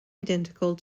identical